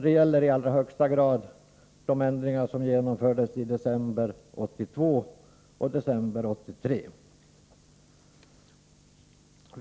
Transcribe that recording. Det gäller i allra högsta grad de ändringar som genomfördes i december 1982 och i december 1983.